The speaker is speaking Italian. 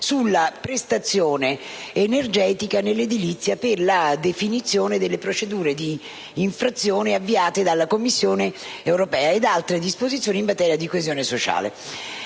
sulla prestazione energetica nell'edilizia per la definizione delle procedure d'infrazione avviate dalla Commissione europea, nonché altre disposizioni in materia di coesione sociale.